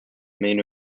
main